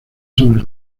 sobre